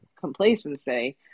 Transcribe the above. complacency